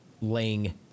laying